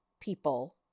people